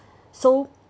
so